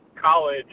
college